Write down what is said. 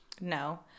No